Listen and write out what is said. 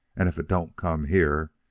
and if it don't come here,